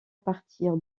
partir